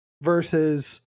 versus